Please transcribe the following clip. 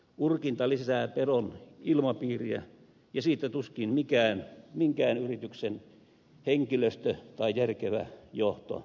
urkinta lisää pelon ilmapiiriä ja sitä tuskin minkään yrityksen henkilöstö tai järkevä johto haluaa